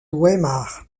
weimar